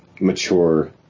mature